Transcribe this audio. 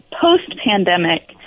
post-pandemic